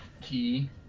Key